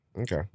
Okay